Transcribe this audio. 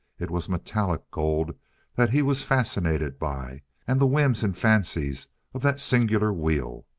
it was metallic gold that he was fascinated by and the whims and fancies of that singular wheel.